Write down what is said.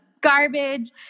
garbage